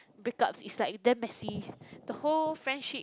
break ups is like damn messy the whole friendship